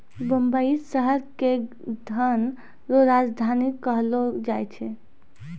मुंबई शहर के धन रो राजधानी कहलो जाय छै